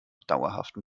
dauerhaften